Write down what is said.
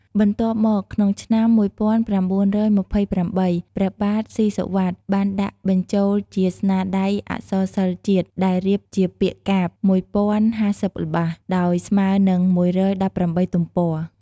បន្ទាប់មក ក្នុងឆ្នាំ១៩២៨ ព្រះបាទសុីសុវត្ថិ បានដាក់បញ្ចូលជាស្នាដៃអក្សរសិល្ប៍ជាតិ ដែលរៀបជាពាក្យកាព្យ ១០៥០ ល្បះ ដោយស្មើនិង ១១៨ ទំព័រ ។